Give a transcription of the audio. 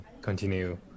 continue